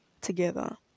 Together